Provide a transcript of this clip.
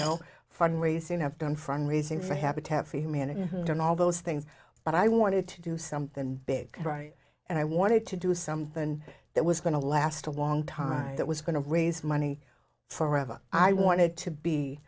know fund raising i've done from raising for habitat for humanity who've done all those things that i wanted to do something big right and i wanted to do something that was going to last a long time that was going to raise money for ever i wanted to be